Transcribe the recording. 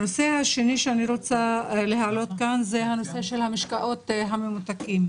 הנושא השני שאני רוצה להעלות כאן זה הנושא של המשקאות הממותקים.